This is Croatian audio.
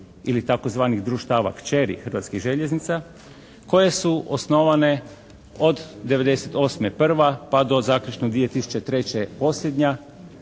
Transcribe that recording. ili tzv. društava kćeri Hrvatskih željeznica koje su osnovane od '98. prva pa do zaključno 2003. posljednja